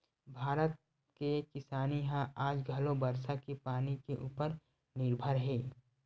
भारत के किसानी ह आज घलो बरसा के पानी के उपर निरभर हे